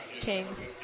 Kings